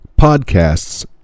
Podcasts